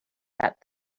that